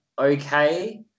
okay